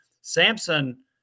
Samson